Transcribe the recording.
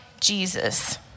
Jesus